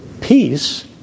peace